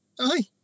Aye